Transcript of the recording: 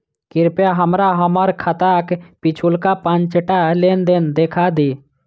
कृपया हमरा हम्मर खाताक पिछुलका पाँचटा लेन देन देखा दियऽ